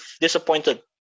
disappointed